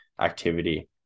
activity